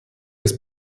des